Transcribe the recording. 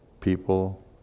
people